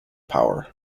power